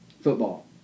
Football